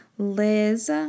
Liz